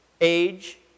age